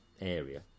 area